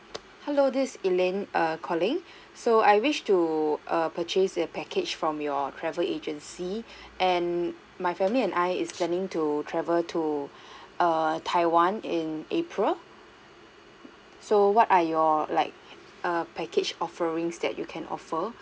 hello this is elaine err calling so I wish to err purchase a package from your travel agency and my family and I is planning to travel to err taiwan in april so what are your like err package offerings that you can offer